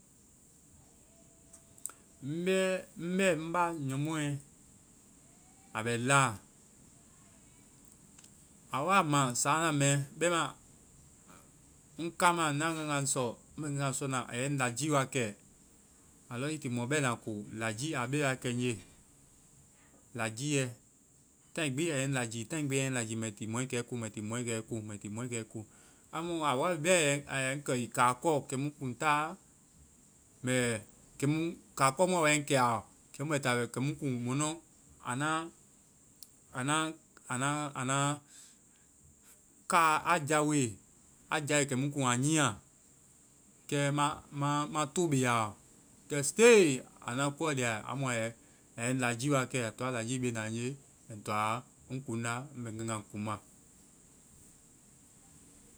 Ŋ bɛɛ-ŋ bɛɛ, ŋ ba nyɔnmɔɛ, a bɛ la. A waa ma sáana mɛ, bɛma ŋ kaama na ŋ nganga sɔ, ŋ bɛ ŋ nganga sɔ na. A yɛ ŋ lajii wa kɛ. A lɔ, i ti mɔ bɛna ko. Lajii, a be wa kɛ ŋje. Lajiiɛ, taai a yɛ ŋ láajii, taai a yɛ ŋ láajii mɛ ti mɔɛ kɛ ko. mɛ ti mɔɛ kɛ ko, mɛ ti mɔɛ kɛ ko. A mu a woa bɛ a-a yɛ ŋ kɛ wi kaa kɔ. Kɛmu ŋ kuŋ táa mɛ-kɛmu-kaakɔ mu a woa a yɛ ŋ kɛ a ɔ. Kɛmu mɛ taa. Kɛmu ŋ kuŋ mɔnu, a na, a na, a na, a na car a jaowoe, a jaowe kɛ mu mu kuŋ a nyia. Kɛ ma, ma, ma to be a ɔ. Kɛ still a na koɔ lia. A mu a yɛa yɛ ŋ lajii wa kɛ. A toa lajii be na be na a toa ŋ kuŋda. Ŋ bɛ ŋ nganga kunŋma.